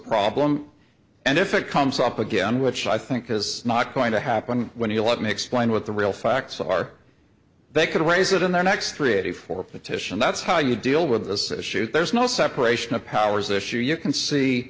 problem and if it comes up again which i think has not going to happen when he let me explain what the real facts are they could raise it in the next three eighty four petition that's how you deal with this issue there's no separation of powers issue you can see